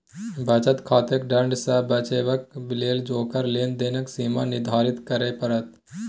बचत खाताकेँ दण्ड सँ बचेबाक लेल ओकर लेन देनक सीमा निर्धारित करय पड़त